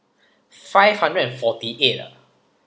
five hundred and forty eight ah